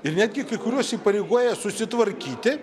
ir netgi kai kuriuos įpareigoja susitvarkyti